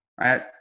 right